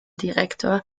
direktor